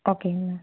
ஓகேங்க மேம்